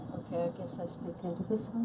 okay i guess i speak into this